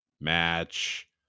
match